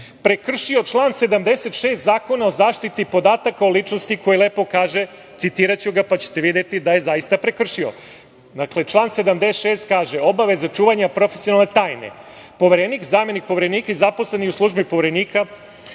prekršio član 76. Zakona o zaštiti podataka o ličnosti, koji lepo kaže, citiraću ga, pa ćete videti da je zaista prekršio. Dakle, član 76. kaže: „Obaveza čuvanja profesionalne tajne – Poverenik, zamenik Poverenika i zaposleni u službi Poverenika